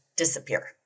disappear